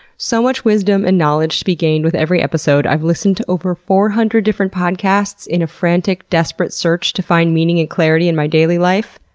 so much wisdom and knowledge to be gained with every episode. i've listened to over four hundred different podcasts in a frantic, desperate search to find meaning and clarity in my daily life.